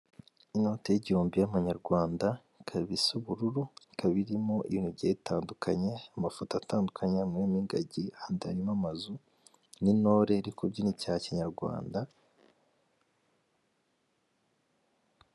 Inote y'igihumbi y'amanyarwanda, ikaba isa ubururu, ikaba irimo ibintu bigiye bitandukanye, amafoto atandukanye, harimo ingagi, ahandi harimo amazu, n'intore iri kubyina ibya kinyarwanda.